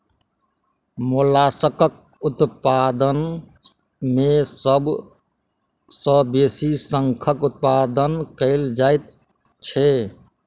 मोलास्कक उत्पादन मे सभ सॅ बेसी शंखक उत्पादन कएल जाइत छै